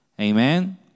Amen